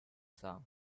sound